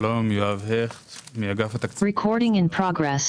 שלום, יואב הכט מאגף התקציבים במשרד האוצר.